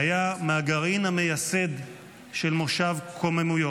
והיה מהגרעין המייסד של מושב קוממיות.